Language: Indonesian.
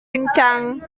kencang